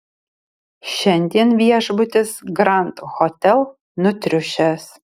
šiandien viešbutis grand hotel nutriušęs